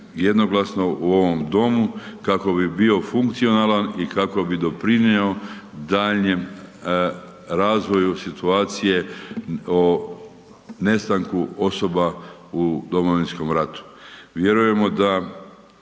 jednoglasno u ovom domu, kako bi bio funkcionalan i kako bi doprinio daljnjem razvoju situacije o nestanku osoba u Domovinskom ratu. Vjerujemo da